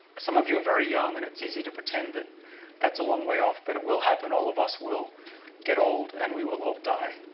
some of you are very young, and it's easy to pretend that that's a long way off. but it will happen. all of us will get old, and we will all die.